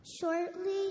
Shortly